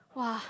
!wah!